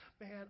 Man